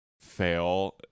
fail